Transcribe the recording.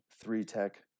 three-tech